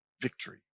victory